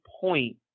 point